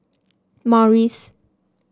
morries